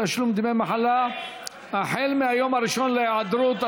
תשלום דמי מחלה החל מהיום הראשון להיעדרות),